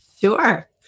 Sure